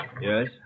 Yes